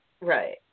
Right